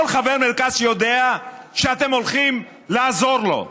כל חבר מרכז יודע שאתם הולכים לעזור לו.